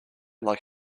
like